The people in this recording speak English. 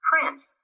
Prince